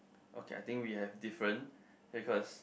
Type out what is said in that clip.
okay I think we have different because